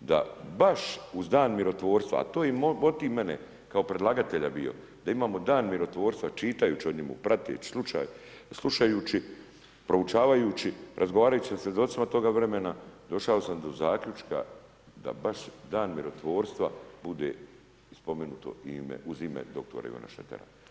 da baš uz dan mirotvorstva, a to je motiv mene, kao predlagatelja bio, da imamo dan mirotvorstva, čitajući o njemu, prateći, slušajući, proučavajući, razgovarajući sa svjedocima toga vremena, došao sam do zaključka da baš dan mirotvorstva bude spomenuto uz ime doktora Ivana Šretera.